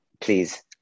Please